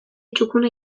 txukuna